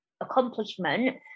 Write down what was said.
accomplishment